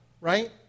right